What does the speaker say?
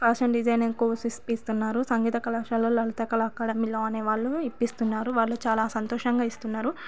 fashion designing course ఇప్పిస్తున్నారు సంగీత కళాశాలలో లలిత కళా అకాడమీ అనేవాళ్ళు ఇప్పిస్తున్నారు వాళ్ళు చాలా సంతోషంగా ఇస్తున్నారు